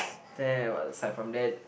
then it was like from then